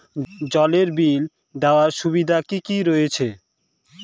জলের বিল দেওয়ার সুবিধা কি রয়েছে?